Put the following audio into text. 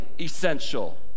essential